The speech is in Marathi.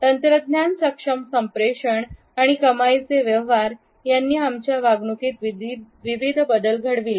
तंत्रज्ञान सक्षम संप्रेषण आणि कमाईचे व्यवहार यांनी आमच्या वागणुकीत विविध बदल घडविले